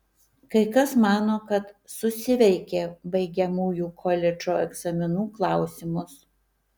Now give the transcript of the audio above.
kai kas mano kad susiveikė baigiamųjų koledžo egzaminų klausimus